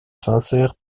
sincère